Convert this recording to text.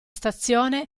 stazione